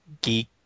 Geek